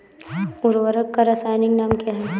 उर्वरक का रासायनिक नाम क्या है?